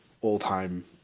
all-time